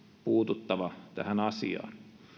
puututtava tähän asiaan